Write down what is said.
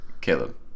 Caleb